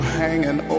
hanging